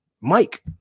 Mike